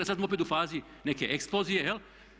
Sad smo opet u fazi neke eksplozije jel'